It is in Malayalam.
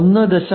1